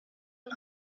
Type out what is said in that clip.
and